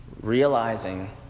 realizing